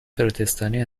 پروتستانی